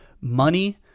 Money